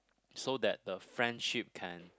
so that the friendship can